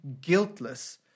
guiltless